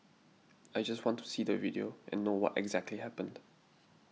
I just want to see the video and know what exactly happened